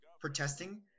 protesting